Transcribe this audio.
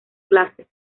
clases